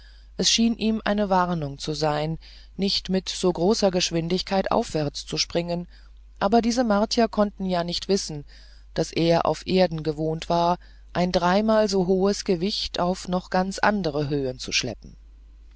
es schien ihm eine warnung zu sein nicht mit so großer geschwindigkeit aufwärts zu springen aber diese martier konnten ja nicht wissen daß er auf erden gewohnt war ein dreimal so großes gewicht auf noch ganz andere höhen zu schleppen